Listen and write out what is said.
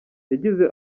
yagize